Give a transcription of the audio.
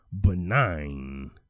benign